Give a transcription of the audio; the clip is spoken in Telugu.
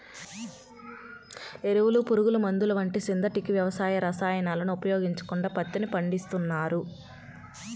ఎరువులు, పురుగుమందులు వంటి సింథటిక్ వ్యవసాయ రసాయనాలను ఉపయోగించకుండా పత్తిని పండిస్తున్నారు